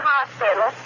Hospital